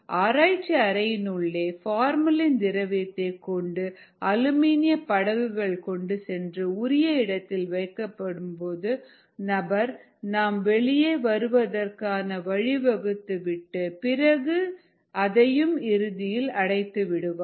ஆராய்ச்சி அறையினுள்ளே பார்மலின் திரவியத்தை கொண்ட அலுமினிய படகுகள் கொண்டு சென்று உரிய இடத்தில் வைக்கப் போகும் நபர் நாம் வெளியே வருவதற்கு வழிவகுத்து விட்டு பிறகு அதையும் இறுதியில் அடைத்துவிடுவார்